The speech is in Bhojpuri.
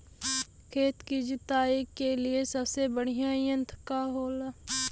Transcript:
खेत की जुताई के लिए सबसे बढ़ियां यंत्र का होखेला?